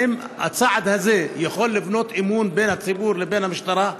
האם הצעד הזה יכול לבנות אמון בין הציבור לבין המשטרה?